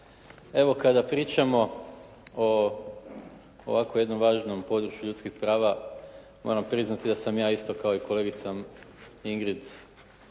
Evo, kada pričamo o ovako jednom važnom području ljudskih prava moram priznati da sam ja isto kao i kolega Ingrid